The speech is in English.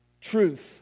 truth